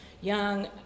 young